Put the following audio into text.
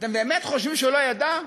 אתם באמת חושבים שלא ידע?